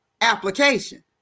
application